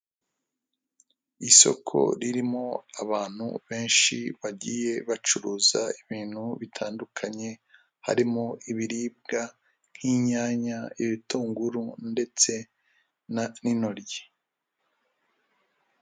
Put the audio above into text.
Isoko ririmo abantu benshi bagiye bacuruza ibintu bitandukanye, harimo ibiribwa nk'inyanya, ibitunguru ndetse n'intoryi.